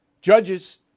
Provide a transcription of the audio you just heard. judges